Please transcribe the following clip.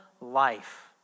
life